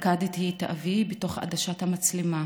לכדתי את אבי בתוך עדשת המצלמה,